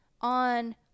on